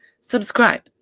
Subscribe